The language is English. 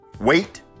Wait